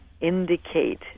indicate